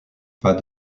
pas